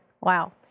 Wow